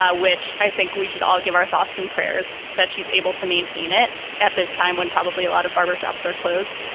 ah which i think we should all give our thoughts and prayers that she's able to maintain it at this time when probably a lot of barbershops are closed.